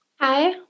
Hi